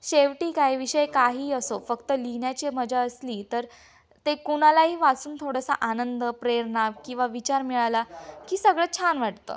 शेवटी काय विषय काही असो फक्त लिहिण्याची मजा असली तर ते कुणालाही वाचून थोडासा आनंद प्रेरणा किंवा विचार मिळाला की सगळं छान वाटतं